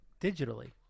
digitally